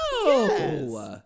yes